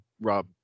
Rob